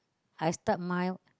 I start mild